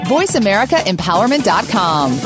VoiceAmericaEmpowerment.com